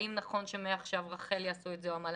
האם נכון שמעכשיו רח"ל תעשה את זה או המל"ל?